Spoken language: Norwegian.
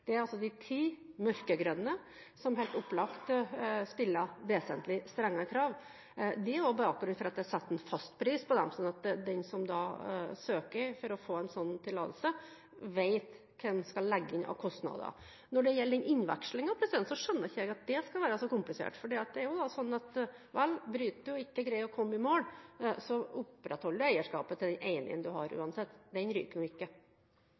Det er de ti mørkegrønne – som helt opplagt stiller vesentlig strengere krav. Det er også bakgrunnen for at det er satt en fastpris på dem. Den som søker om en slik tillatelse, skal vite hva som må legges inn av kostnader. Når det gjelder innvekslingen, skjønner jeg ikke at det skal være så komplisert. For det er jo slik at hvis du bryter og ikke greier å komme i mål, så opprettholder du uansett eierskapet til den ene du har. Den ryker jo ikke.